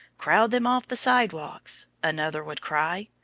crowd them off the side-walks! another would cry.